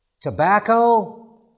tobacco